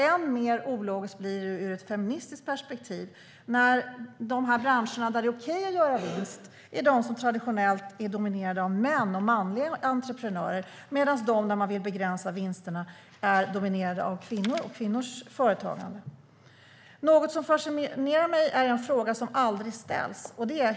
Än mer ologiskt blir det ur ett feministiskt perspektiv när de branscher där det är okej att göra vinst är de som traditionellt är dominerade av män och manliga entreprenörer medan de där man vill begränsa vinsterna är dominerade av kvinnor och kvinnors företagande. Något som fascinerar mig är en fråga som aldrig ställs.